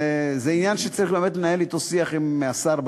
זה עניין שצריך באמת לנהל עליו שיח עם השר,